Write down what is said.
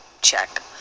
Check